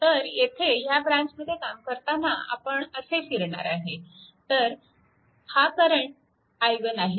तर येथे ह्या ब्रँचमध्ये काम करताना आपण असे फिरणार आहे तर हा करंट i1 आहे